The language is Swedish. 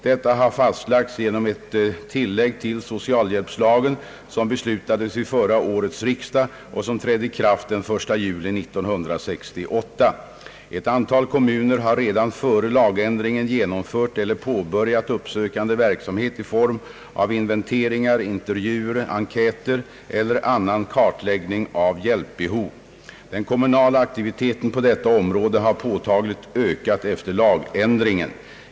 Detta har fastlagts genom ett tillägg till socialhjälpslagen, som beslutades vid förra årets riksdag och som trädde i kraft den 1 juli 1968. Ett antal kommuner hade redan före lagändringen genomfört eller påbörjat uppsökande verksamhet i form av inventeringar, intervjuer, enkäter eller annan kartläggning av hjälpbehov. Den kommunala aktivi teten på detta område har påtagligt ökat efter lagändringen.